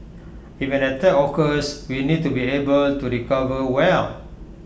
if an attack occurs we need to be able to recover well